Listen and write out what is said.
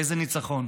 איזה ניצחון?